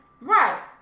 Right